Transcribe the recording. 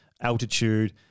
altitude